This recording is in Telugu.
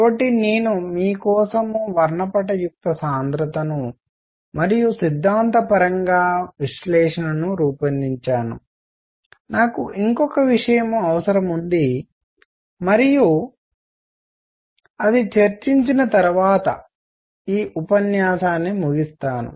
కాబట్టి నేను మీ కోసం వర్ణపటయుక్త సాంద్రతనుస్పెక్ట్రల్ డెన్సిటీ మరియు సిద్ధాంతపరంగా విశ్లేషణను రూపొందించాను నాకు ఇంకొక విషయం అవసరం మరియు అది చర్చించిన తర్వాత ఈ ఉపన్యాసాన్ని ముగిస్తాను